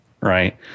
right